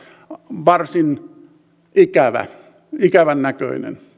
varsin ikävän näköinen